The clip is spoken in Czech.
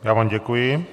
Já vám děkuji.